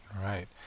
right